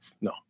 no